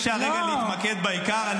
אם אפשר, רגע, להתמקד בעיקר.